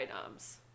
items